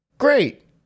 great